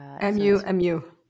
M-U-M-U